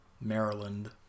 maryland